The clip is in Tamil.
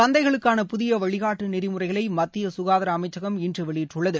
சந்தைகளுக்கான புதிய வழிகாட்டு நெறிமுறைகளை மத்திய சுகாதார அமைச்சம் இன்று வெளியிட்டுள்ளது